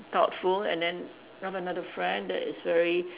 thoughtful and then I've another friend that is very